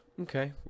Okay